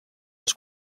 les